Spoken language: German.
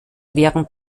während